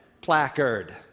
placard